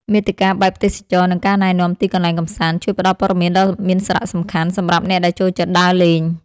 មាតិកាបែបទេសចរណ៍ និងការណែនាំទីកន្លែងកម្សាន្ត ជួយផ្ដល់ព័ត៌មានដ៏មានសារៈសំខាន់សម្រាប់អ្នកដែលចូលចិត្តដើរលេង។